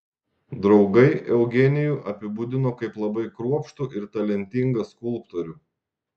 draugai eugenijų apibūdino kaip labai kruopštų ir talentingą skulptorių